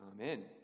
Amen